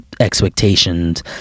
expectations